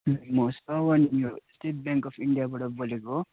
म श्रवन यो state bank of इन्डियाबाट बोलेको